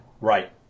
Right